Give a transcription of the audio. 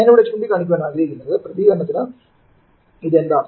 ഞാൻ ഇവിടെ ചൂണ്ടിക്കാണിക്കാൻ ആഗ്രഹിക്കുന്നത് പ്രതികരണത്തിന് ഇത് എന്താണ്